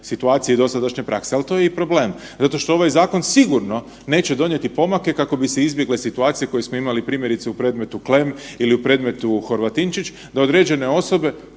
situacije i dosadašnje prakse, ali to je i problem zato što ovaj zakon sigurno neće donijeti pomake kako bi se izbjegle situacije koje smo imali, primjerice u predmetu Klemm ili u predmetu Horvatinčić, da određene osobe,